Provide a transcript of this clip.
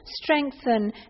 strengthen